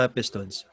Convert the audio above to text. Pistons